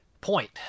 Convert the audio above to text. point